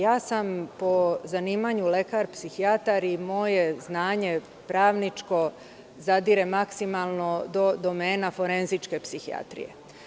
Ja sam po zanimanju lekar psihijatar i moje pravničko znanje zadire maksimalno do domena forenzičke psihijatrije.